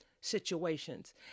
situations